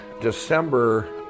December